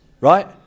Right